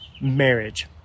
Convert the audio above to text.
marriage